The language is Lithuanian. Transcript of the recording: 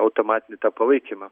automatinį tą palaikymą